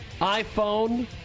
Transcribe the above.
iPhone